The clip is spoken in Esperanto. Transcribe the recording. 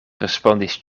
respondis